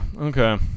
Okay